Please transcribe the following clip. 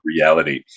Reality